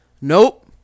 nope